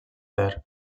per